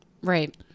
Right